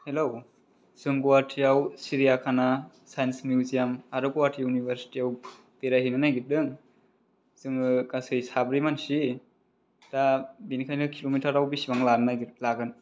hello जों गुवाहाटीयाव सिरिया खाना साइन्स मिउजियाम आरो गुवाहाटी इउनिभारसिटीआव बेरायहैनो नागिरदों जोङो गासै साब्रै मानसि दा बिनिखायनो किलमिटारआव बेसेबां लागोन